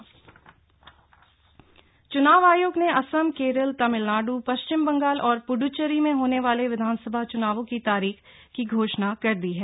संक्षिप्त समाचार च्नाव आयोग ने असम केरल तमिलनाइ पश्चिम बंगाल और प्इचेरी में होने वाले विधानसभा चुनावों की तारीख़ की घोषणा कर दी है